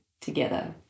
together